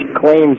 claims